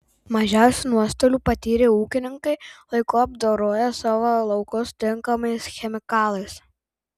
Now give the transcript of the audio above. mažiausių nuostolių patyrė ūkininkai laiku apdoroję savo laukus tinkamais chemikalais